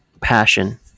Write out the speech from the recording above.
passion